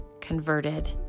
Converted